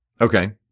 Okay